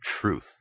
Truth